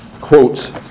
quotes